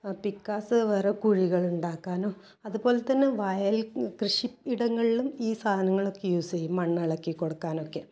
പിക്കാസ് വേറെ കുഴികളുണ്ടാക്കാനോ അതുപോലെ തന്നെ വയൽ കൃഷിയിടങ്ങളിലും ഈ സാധനങ്ങളൊക്കെ യൂസ് ചെയ്യും മണ്ണിളക്കി കൊടുക്കാനൊക്കെ